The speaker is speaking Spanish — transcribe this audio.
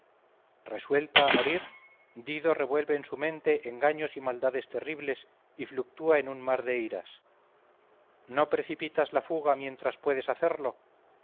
resuelta a morir dido revuelve en su mente engaños y maldades terribles y fluctúa en un mar de iras no precipitas la fuga mientras puedes hacerlo